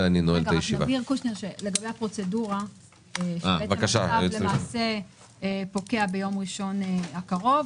לגבי הפרוצדורה, הצו פוקע ביום ראשון הקרוב.